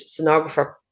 sonographer